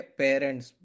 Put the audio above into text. parents